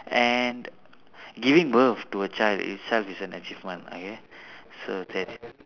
and giving birth to a child itself is an achievement okay so that is